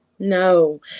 No